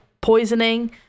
poisoning